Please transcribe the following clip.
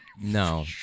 No